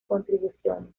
contribuciones